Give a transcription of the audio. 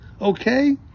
Okay